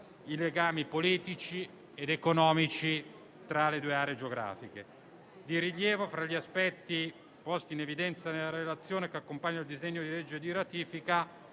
i legami politici ed economici tra le due aree geografiche. Tra gli aspetti di rilievo posti in evidenza nella relazione, che accompagna il disegno di legge di ratifica,